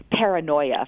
paranoia